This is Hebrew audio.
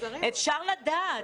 אפשר לדעת.